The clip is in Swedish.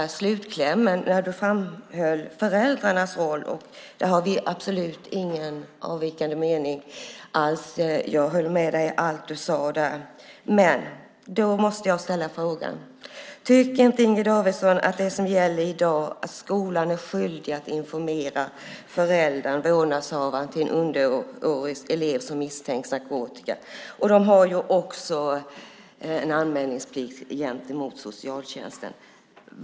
I slutklämmen framhöll hon föräldrarnas roll. Vi har absolut ingen avvikande mening. Jag håller med dig om allt du sade där. Jag måste ställa frågan: Tycker inte Inger Davidson att det ska vara som i dag när det gäller att skolan är skyldig att informera föräldrar och vårdnadshavare om en elev misstänks använda narkotika? Skolan har också en anmälningsplikt gentemot socialtjänsten.